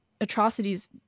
atrocities